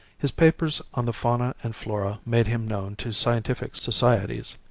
his papers on the fauna and flora made him known to scientific societies.